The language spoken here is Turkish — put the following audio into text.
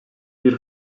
bir